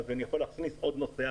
כך שאני יכול להכניס עוד נוסע,